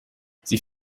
sie